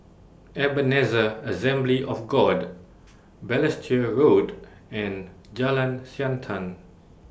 Ebenezer Assembly of God Balestier Road and Jalan Siantan